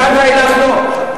מכאן ואילך, לא.